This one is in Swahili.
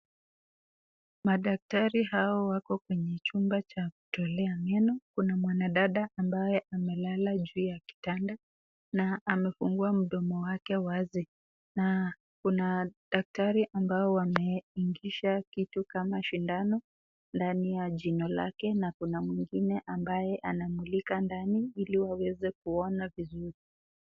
Madaktari hao wako kwenye chumba cha kutolea meno kuna mwanadada ambeye amelala juu ya kitanda na amefungua mdomo wake wazi na kuna daktari ambao wameingiza kitu kama sindano ndani ya jino lake na kuna mwingine ambaye anamulika ndani ili aweze kuona vizuri.